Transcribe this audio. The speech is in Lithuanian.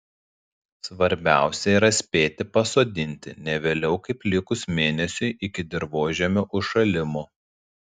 svarbiausia yra spėti pasodinti ne vėliau kaip likus mėnesiui iki dirvožemio užšalimo